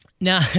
Now